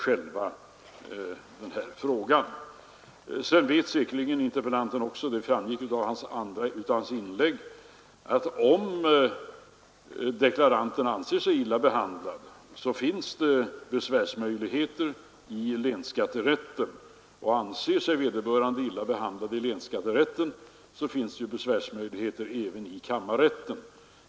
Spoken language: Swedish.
Sedan vet också interpellanten — det framgick av hans senaste inlägg — att om deklaranten anser sig vara illa behandlad, så finns det besvärsmöjligheter i länsskatterätten. Och om vederbörande anser sig illa behandlad även där, så har han besvärsmöjligheter också i kammarrätten.